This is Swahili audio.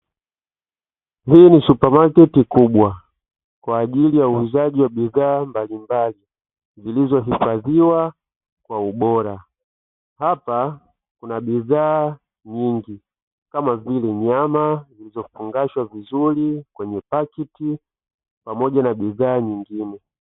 Hii ni supamaketi kubwa kwa ajili ya uuzaji wa bidhaa mbalimbali, zilizohifadhiwa kwa ubora hapa kuna bidhaa nyingi kama vile nyama zilizofungashwa vizuri kwenye pakiti pamoja na bidhaa nyingine.